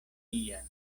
ian